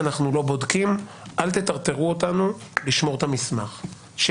זה לא לטרטר אותם לשמור את המסמך לגבי מה שהם לא בודקים,